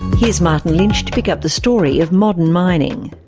here's martin lynch to pick up the story of modern mining.